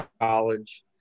college